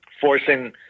forcing